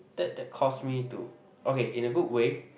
that that caused me to okay in a good way